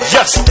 Yes